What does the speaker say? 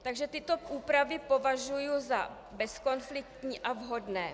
Takže tyto úpravy považuji za bezkonfliktní a vhodné.